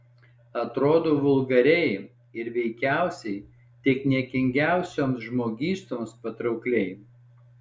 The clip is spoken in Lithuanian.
atrodau vulgariai ir veikiausiai tik niekingiausioms žmogystoms patraukliai